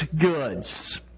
goods